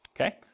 okay